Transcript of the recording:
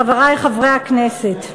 חברי חברי הכנסת,